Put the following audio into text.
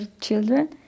children